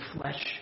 flesh